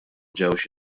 ġewx